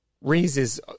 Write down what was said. raises